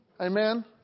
Amen